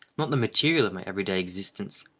not the material of my every-day existence,